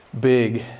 big